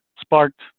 sparked